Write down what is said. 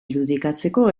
irudikatzeko